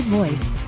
voice